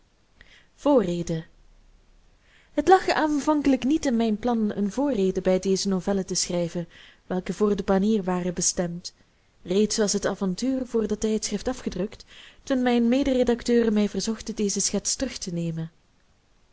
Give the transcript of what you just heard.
het lag aanvankelijk niet in mijn plan eene voorrede bij deze novellen te schrijven welke voor de banier waren bestemd reeds was het avontuur voor dat tijdschrift afgedrukt toen mijne mede redacteuren mij verzochten deze schets terugtenemen zij